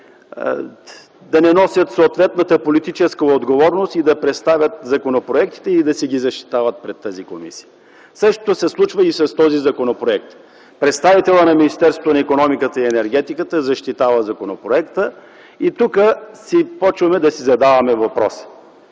да не носят съответната политическа отговорност и да представят законопроектите и да си ги защитават пред тази комисия. Същото се случва и с този законопроект. Представителят на Министерството на икономиката и енергетиката защитава законопроекта и тук започваме да си задаваме въпроси.